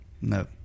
No